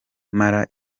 mara